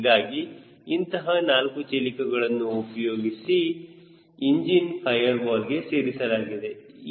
ಹೀಗಾಗಿ ಇಂತಹ 4 ಚಿಲಿಕಗಳನ್ನು ಉಪಯೋಗಿಸಿ ಇಂಜಿನ್ ಫೈಯರ್ ವಾಲ್ಗೆ ಸೇರಿಸಲಾಗಿದೆ